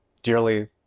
Dearly